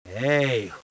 Hey